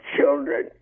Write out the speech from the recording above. children